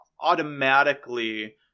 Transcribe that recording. automatically